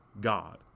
God